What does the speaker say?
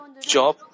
job